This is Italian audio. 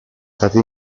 state